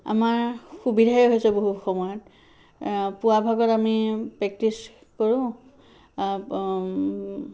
আমাৰ সুবিধাই হৈছে বহু সময়ত পুৱা ভাগত আমি প্ৰেক্টিচ কৰোঁ